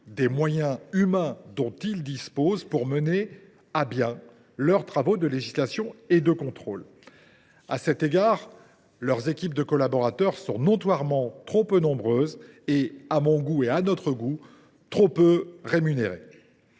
des moyens humains dont ils disposent pour mener à bien leurs travaux de législation et de contrôle. Or leurs équipes de collaborateurs sont notoirement insuffisantes et ces derniers sont, à notre goût, trop peu rémunérés.